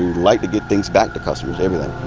like to get things back to customers, everything,